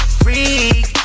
freak